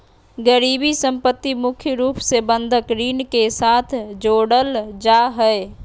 गिरबी सम्पत्ति मुख्य रूप से बंधक ऋण के साथ जोडल जा हय